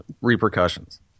repercussions